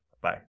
Bye